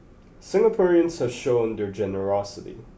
Singaporeans have shown their generosity